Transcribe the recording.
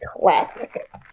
classic